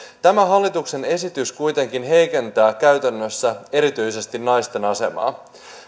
tämä hallituksen esitys kuitenkin heikentää käytännössä erityisesti naisten asemaa